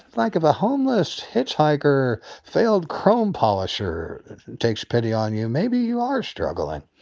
like if a homeless hitchhiker, failed chrome polisher takes pity on you, maybe you are struggling.